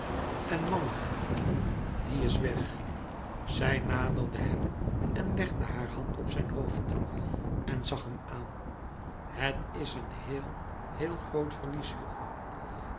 en mama die is weg zij naderde hem en legde haar hand op zijn hoofd en zag hem aan het is een heel heel groot verlies hugo